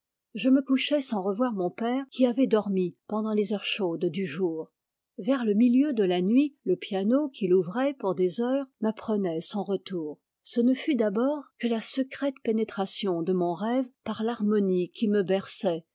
je me couchais sans revoir mon père qui avait dormi pendant les heures chaudes du jour vers le milieu de la nuit le piano qu'il ouvrait pour des heures m'apprenait son retour ce ne fut d'abord que la secrète pénétration de mon rêve par l'harmonie qui me berçait